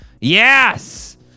Yes